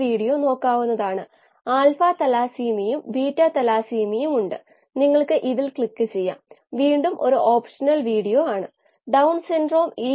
ബയോറിയാക്റ്ററിന്റെ kLa കണ്ടെത്തുക